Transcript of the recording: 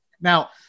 Now